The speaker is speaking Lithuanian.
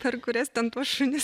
per kurias ten tuos šunis